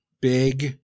big